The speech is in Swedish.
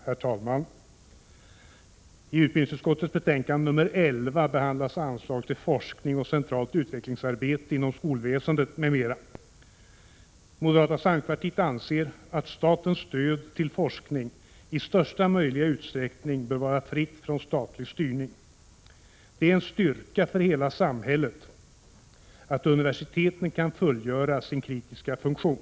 Herr talman! I utbildningsutskottets betänkande nr 11 behandlas anslag till forskning och centralt utvecklingsarbete inom skolväsendet m.m. Moderata samlingspartiet anser att statens stöd till forskning i största möjliga utsträckning bör vara fritt från statlig styrning. Det är en styrka för hela samhället att universiteten kan fullgöra sin kritiska funktion.